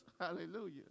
Hallelujah